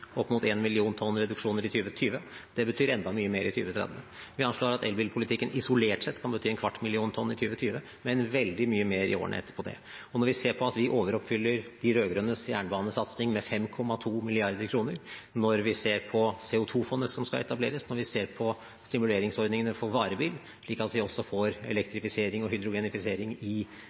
opp mot 1 millioner tonn reduksjoner i 2020. Det betyr enda mye mer i 2030. Vi anslår at elbilpolitikken isolert sett kan bety en kvart million tonn i 2020, men veldig mye mer i årene etter det. Når vi ser at vi overoppfyller de rød-grønnes jernbanesatsing med 5,2 mrd. kr, når vi ser på CO 2 -fondet som skal etableres, når vi ser på stimuleringsordningene for varebil, slik at vi også får elektrifisering og hydrogenifisering i